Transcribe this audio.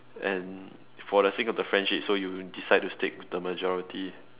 and for the sake of the friendship so you decide to stick to the majority